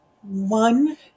One